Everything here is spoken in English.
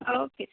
okay